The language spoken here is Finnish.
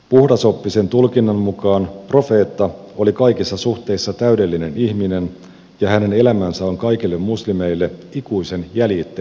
puhdasoppisen tulkinnan mukaan profeetta oli kaikissa suhteissa täydellinen ihminen ja hänen elämänsä on kaikille muslimille ikuisen jäljittelyn kohde